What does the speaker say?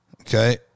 Okay